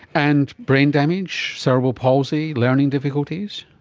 and brain damage, cerebral palsy, learning difficulties?